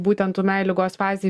būtent ūmiai ligos fazei